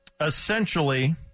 essentially